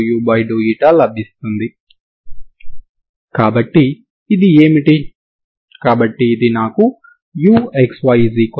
f మరియు g లు సరి ఫంక్షన్లు గా విస్తరించబడ్డాయి కాబట్టి ఇవి కూడా వాటంతటవే సంతృప్తి చెందుతాయి